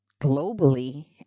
globally